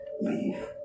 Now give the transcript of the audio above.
Leave